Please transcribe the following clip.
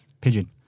pigeon